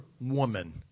woman